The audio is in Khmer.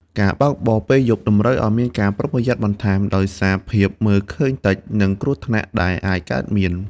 ការបើកបរពេលយប់តម្រូវឱ្យមានការប្រុងប្រយ័ត្នបន្ថែម ដោយសារភាពមើលឃើញតិច និងគ្រោះថ្នាក់ដែលអាចកើតមាន។